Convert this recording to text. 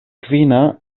kvina